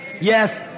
yes